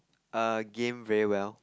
err game very well